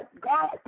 God